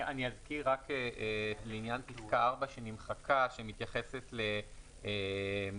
אני רק אזכיר כאן לעניין פסקה 4 שנמחקה שמתייחסת למי